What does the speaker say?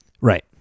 Right